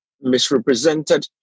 misrepresented